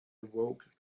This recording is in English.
awoke